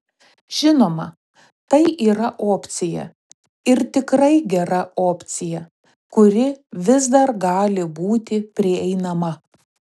žinoma tai yra opcija ir tikrai gera opcija kuri vis dar gali būti prieinama